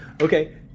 Okay